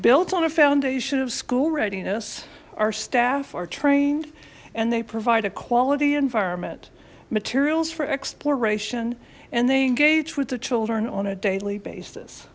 built on a foundation of school readiness our staff are trained and they provide a quality environment materials for exploration and they engage with the children on a daily basis